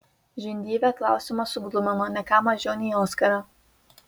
žindyvę klausimas suglumino ne ką mažiau nei oskarą